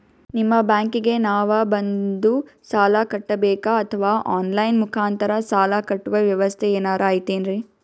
ನಿಮ್ಮ ಬ್ಯಾಂಕಿಗೆ ನಾವ ಬಂದು ಸಾಲ ಕಟ್ಟಬೇಕಾ ಅಥವಾ ಆನ್ ಲೈನ್ ಮುಖಾಂತರ ಸಾಲ ಕಟ್ಟುವ ವ್ಯೆವಸ್ಥೆ ಏನಾರ ಐತೇನ್ರಿ?